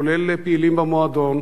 כולל פעילים במועדון,